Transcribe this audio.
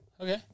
Okay